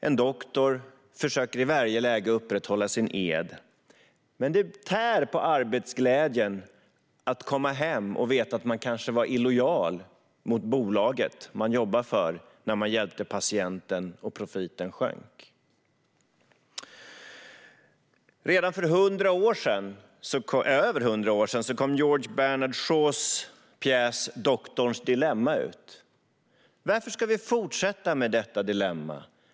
En doktor försöker i varje läge att upprätthålla sin ed, men det tär på arbetsglädjen att komma hem och veta att man kanske var illojal mot bolaget man jobbar för när man hjälpte patienten och profiten sjönk. Redan för över 100 år sedan kom George Bernard Shaws pjäs Doktorns dilemma . Varför ska vi fortsätta med detta dilemma?